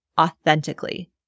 authentically